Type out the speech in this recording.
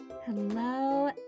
Hello